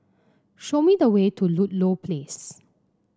show me the way to Ludlow Place